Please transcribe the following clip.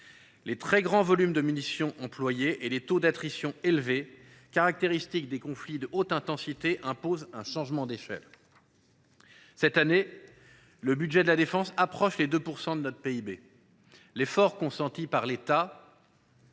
de très grands volumes de munitions et les taux élevés d’attrition, caractéristiques des conflits de haute intensité, imposent un changement d’échelle. Cette année, le budget de la défense approche les 2 % du PIB. L’effort consenti par l’État